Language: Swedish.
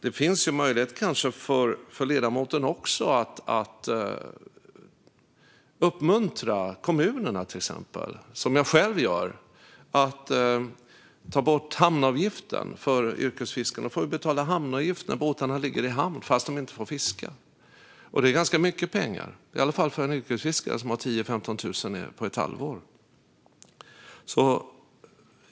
Det finns kanske möjlighet för ledamoten att uppmuntra till exempel kommunerna, vilket jag själv gör, att ta bort hamnavgiften för yrkesfiskarna. De får betala hamnavgift när båtarna ligger i hamn trots att de inte får fiska. Det är ganska mycket pengar, i alla fall för en yrkesfiskare som har 10 000-15 000 kronor på ett halvår.